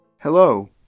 Hello